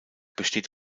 besteht